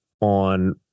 on